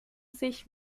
sich